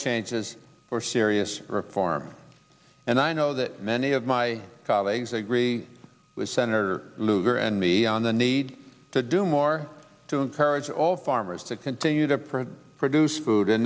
changes or serious reform and i know that many of my colleagues agree with senator lugar and me on the need to do more to encourage all farmers to continue to produce food and